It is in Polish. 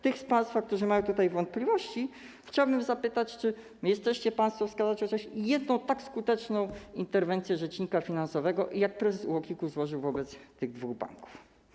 Tych z państwa, którzy mają wątpliwości, chciałbym zapytać, czy jesteście państwo w stanie wskazać chociaż jedną tak skuteczną interwencję rzecznika finansowego jaką prezes UOKiK-u złożył wobec tych dwóch banków.